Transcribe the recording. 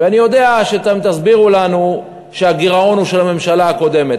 ואני יודע שאתם תסבירו לנו שהגירעון הוא של הממשלה הקודמת.